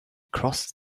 crossed